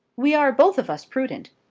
we are both of us prudent.